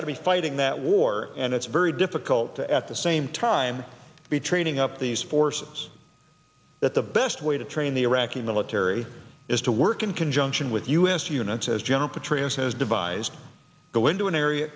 got to be fighting that war and it's very difficult to at the same time be training up these force that the best way to train the iraqi military is to work in conjunction with u s units as general petraeus has devised go into an area